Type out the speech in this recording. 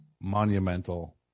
monumental